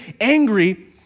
angry